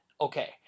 Okay